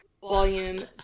volume